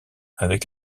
avec